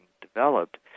developed